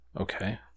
Okay